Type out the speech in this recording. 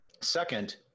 Second